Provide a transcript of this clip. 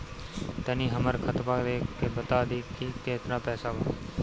तनी हमर खतबा देख के बता दी की केतना पैसा बा?